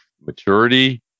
maturity